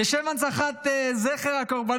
כל הכבוד